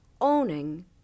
owning